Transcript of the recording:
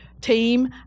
team